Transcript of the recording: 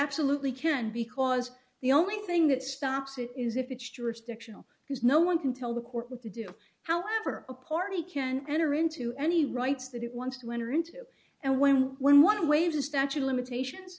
absolutely can because the only thing that stops it is if it's jurisdictional because no one can tell the court what to do however a party can enter into any rights that it wants to enter into and when we want to waive the statute of limitations